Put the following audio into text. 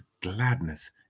gladness